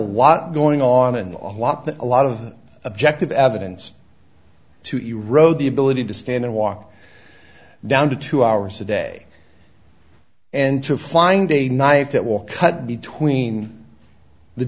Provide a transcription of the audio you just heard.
lot going on and a lot but a lot of objective evidence to erode the ability to stand and walk down to two hours a day and to find a knife that will cut between the